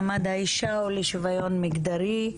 אני פותחת את הישיבה של הוועדה לקידום מעמד האישה ולשיוויון מגדרי.